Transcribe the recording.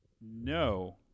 No